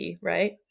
right